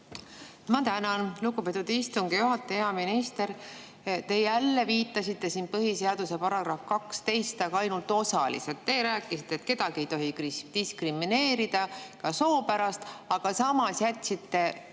Ma tänan, lugupeetud istungi juhataja! Hea minister! Te jälle viitasite põhiseaduse §-le 12, aga ainult osaliselt. Te rääkisite, et kedagi ei tohi diskrimineerida, ka soo pärast, aga samas jätsite